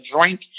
drink